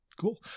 Cool